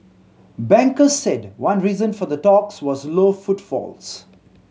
bankers said one reason for the talks was low footfalls